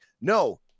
no –